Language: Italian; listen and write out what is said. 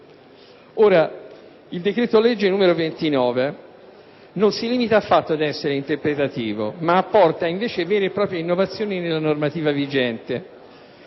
Il decreto-legge n. 29 del 2010 non si limita affatto ad essere interpretativo, ma apporta invece vere e proprie innovazioni alla normativa vigente.